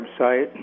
website